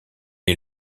est